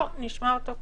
לא, נשמע אותו קודם.